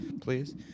please